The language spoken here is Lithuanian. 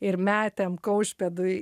ir metėm kaušpėdui